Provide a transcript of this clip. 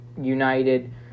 united